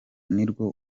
nirwo